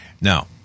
Now